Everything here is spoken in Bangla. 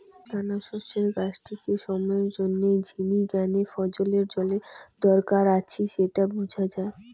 দানাশস্যের গাছটিকে সময়ের জইন্যে ঝিমি গ্যানে ফছলের জলের দরকার আছি স্যাটা বুঝাং যাই